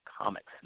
Comics